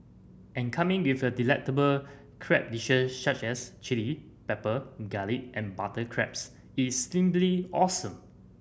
and coming with a delectable crab dishes such as chilli pepper garlic and butter crabs its simply awesome